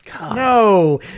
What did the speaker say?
No